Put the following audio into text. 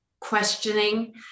questioning